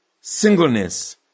singleness